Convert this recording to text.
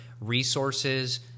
resources